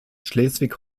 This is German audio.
schleswig